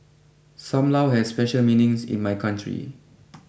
Sam Lau has special meanings in my country